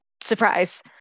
surprise